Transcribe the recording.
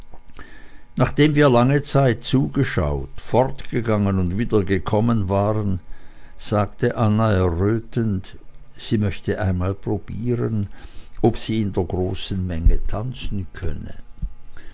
nachdem wir lange zeit zugeschaut fortgegangen und wiedergekommen waren sagte anna errötend sie möchte einmal probieren ob sie in der großen menge tanzen könne